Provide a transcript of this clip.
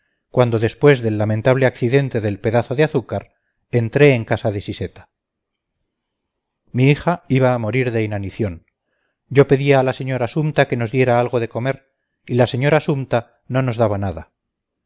cuando después del lamentable accidente del pedazo de azúcar entré en casa de siseta mi hija iba a morir de inanición yo pedía a la señora sumta que nos diera algo de comer y la señora sumta no nos daba nada